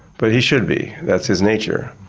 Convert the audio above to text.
but he should be that's his nature.